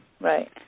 Right